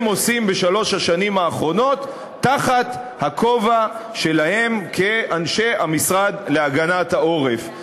הם עושים בשלוש השנים האחרונות תחת הכובע שלהם כאנשי המשרד להגנת העורף.